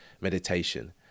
meditation